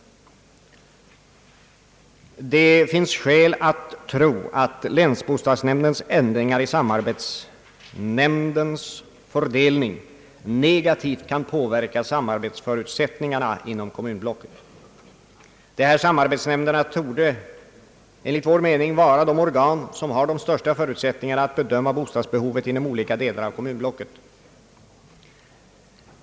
Det finns skäl att tro att länsbostadsnämndens ändringar i samarbetsnämndens fördelning negativt kan påverka samarbetsförutsättningarna inom kommunblocket. Dessa samarbetsnämnder torde enligt vår mening vara de organ som har de största förutsättningarna att bedöma bostadsbehovet inom olika delar av kommunblocket.